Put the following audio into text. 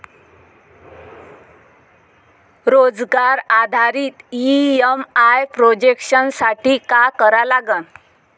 रोजगार आधारित EMI projection साठी का करा लागन?